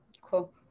Cool